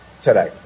today